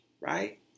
right